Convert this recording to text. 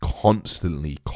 constantly